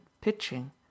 pitching